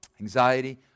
anxiety